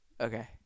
Okay